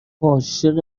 عاشق